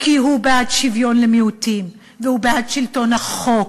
כי הוא בעד שוויון למיעוטים והוא בעד שלטון החוק